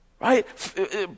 Right